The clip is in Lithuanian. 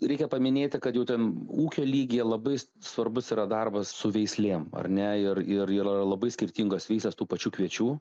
reikia paminėti kad jau ten ūkio lygyje labai svarbus yra darbas su veislėm ar ne ir ir yra labai skirtingos veislės tų pačių kviečių